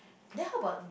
then how about